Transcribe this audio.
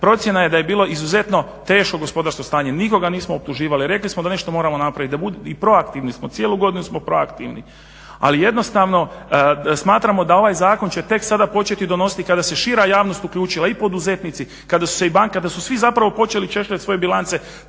Procjena je da je bilo izuzetno teško gospodarsko stanje, nikoga nismo optuživali. Rekli smo da nešto moramo napraviti i proaktivni smo, cijelu godinu smo proaktivni. Ali jednostavno smatramo da ovaj zakon će tek sada početi donositi kada se šira javnost uključila i poduzetnici, kada su se i banke, kada su svi zapravo počeli češljati svoje bilance